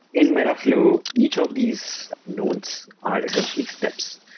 in metaflow, each of these nodes are essentially steps.